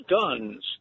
guns